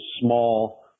small